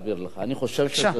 אני חושב שסטודנט